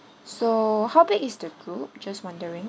so how big is the group just wondering